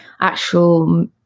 actual